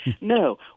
No